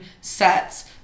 sets